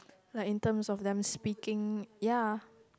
like in terms of them speaking ya